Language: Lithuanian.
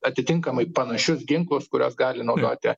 atitinkamai panašius ginklus kuriuos gali naudoti